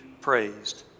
praised